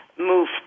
move